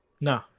No